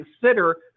consider